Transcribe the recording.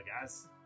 guys